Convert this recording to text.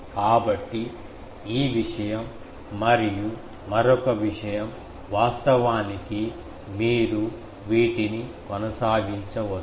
కాబట్టి ఈ విషయం మరియు మరొక విషయం వాస్తవానికి మీరు వీటిని కొనసాగించవచ్చు